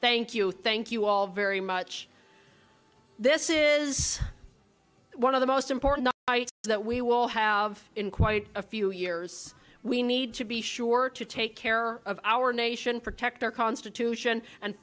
thank you thank you all very much this is one of the most important that we will have in quite a few years we need to be sure to take care of our nation protect our constitution and